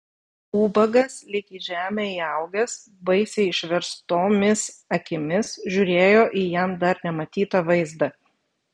ubagas lyg į žemę įaugęs baisiai išverstomis akimis žiūrėjo į jam dar nematytą vaizdą